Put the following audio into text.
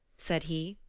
said he.